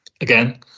Again